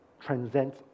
transcends